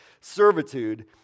servitude